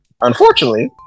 Unfortunately